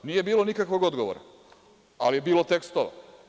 Nije bilo nikakvog odgovora, ali je bilo tekstova.